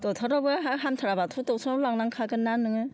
ड'क्टरनावबो हामथाराब्ला ड'क्टरनाव लांनांखागोनना नोङो